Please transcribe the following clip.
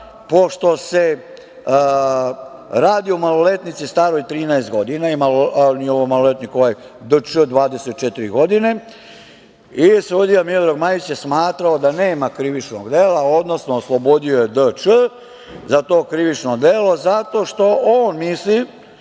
pošto se radi o maloletnici staroj 13 godina, a ovaj nije maloletnik, D. Č. 24 godine i sudija Miodrag Majić je smatrao da nema krivičnog dela, odnosno oslobodio je D. Č. za to krivično delo zato što on misli